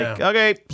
okay